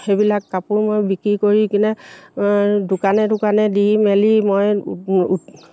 সেইবিলাক কাপোৰ মই বিক্ৰী কৰি কিনে দোকানে দোকানে দি মেলি মই